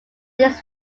least